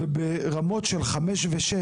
ברמות של 5 ו-6,